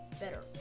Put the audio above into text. better